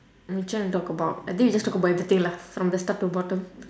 which one we talk about I think we just talk about everything lah from the start to bottom